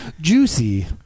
juicy